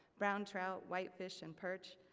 brown trout, whitefish, and perch.